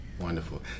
Wonderful